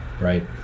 right